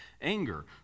anger